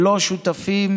שלו שותפים